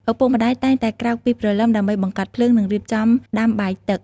ឪពុកម្តាយតែងតែក្រោកពីព្រលឹម ដើម្បីបង្កាត់ភ្លើង និងរៀបចំដាំបាយទឹក។